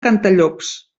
cantallops